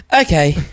okay